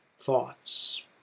thoughts